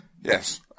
Yes